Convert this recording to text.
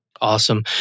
Awesome